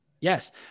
Yes